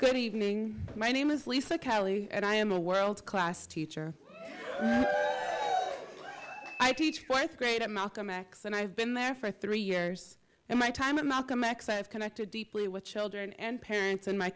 good evening my name is lisa kiley and i am a world class teacher i teach fourth grade at malcolm x and i've been there for three years and my time at malcolm x i've connected deeply with children and parents in my